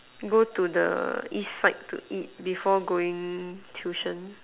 go to the east side to eat before going tuition